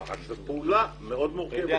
זאת פעולה מאוד מורכבת.